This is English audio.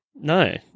No